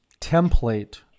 template